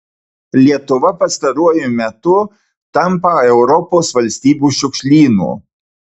lietuva pastaruoju metu tampa europos valstybių šiukšlynu